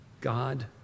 God